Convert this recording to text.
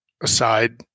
aside